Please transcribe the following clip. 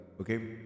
okay